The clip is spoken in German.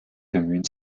bemühen